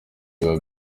biba